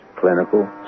clinical